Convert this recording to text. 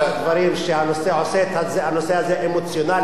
אחד הדברים שעושה את הנושא הזה אמוציונלי